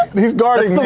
he's guarding me.